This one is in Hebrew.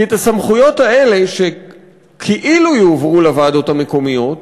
כי את הסמכויות האלה שכאילו יועברו לוועדות המקומיות